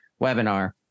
webinar